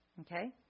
Okay